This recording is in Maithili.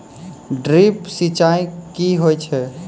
ड्रिप सिंचाई कि होय छै?